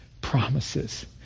promises